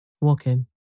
Walk-in